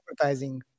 advertising